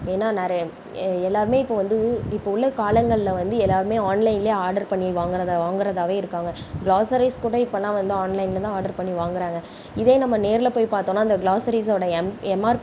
வேணா நிறையா எல்லோருமே இப்போ வந்து இப்போ உள்ள காலங்களில் வந்து எல்லோருமே ஆன்லைனில் ஆர்டர் பண்ணி வாங்குறதை வாங்குறதாவே இருக்காங்க க்ளாஸரீஸ் கூட இப்போலாம் வந்து ஆன்லைனில் தான் ஆர்ட்ரு பண்ணி வாங்குறாங்க இதே நம்ம நேரில் போய் பார்த்தோம்னா அந்த க்ளாஸரீஸ்ஸோட எம் எம்ஆர்